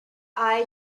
eye